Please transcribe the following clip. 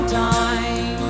time